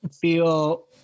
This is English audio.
feel